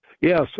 Yes